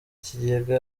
kigega